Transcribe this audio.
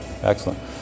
excellent